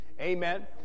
Amen